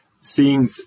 seeing